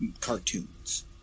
cartoons